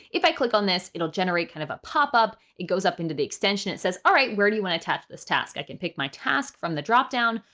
if i click on this, it'll generate kind of a pop up. it goes up into the extension. it says, all right, where do you want to attach this task? i can pick my task from the dropdown,